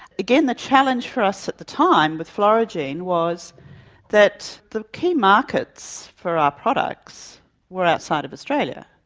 again, the challenge for us at the time with florigene was that the key markets for our products were outside of australia.